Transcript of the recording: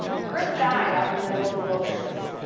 chris died out in the middle of the wilderness.